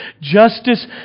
justice